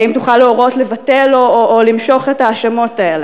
האם תוכל להורות לבטל או למשוך את ההאשמות האלה?